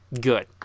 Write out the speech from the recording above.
good